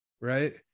right